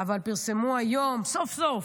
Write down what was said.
אבל סוף-סוף,